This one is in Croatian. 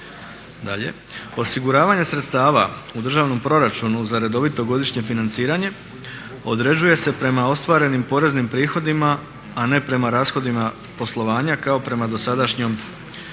Dalje, osiguravanje sredstava u državnom proračunu za redovito godišnje financiranje određuje se prema ostvarenim poreznim prihodima, a ne prema rashodima poslovanja kao prema dosadašnjem rješenju.